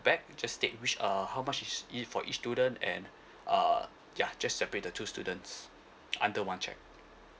back just tick which uh how much is it for each student and err ya just separate the two students under one cheque